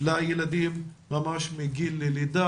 לילדים ממש מגיל לידה.